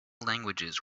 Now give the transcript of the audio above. languages